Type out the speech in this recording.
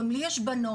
גם לי יש בנות,